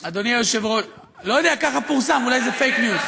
לא יודע, אולי, ככה פורסם, אולי זה פייק-ניוז.